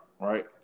right